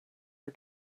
her